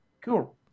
Cool